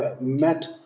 met